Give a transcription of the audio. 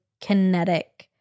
kinetic